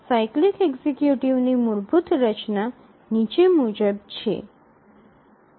cyclic executive ની મૂળભૂત રચના નીચે મુજબ છે